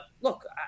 look